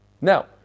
Now